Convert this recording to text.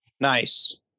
nice